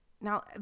Now